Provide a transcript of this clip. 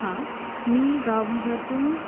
हां मी गावभागातून